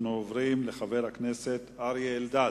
אנחנו עוברים לחבר הכנסת אריה אלדד.